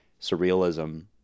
surrealism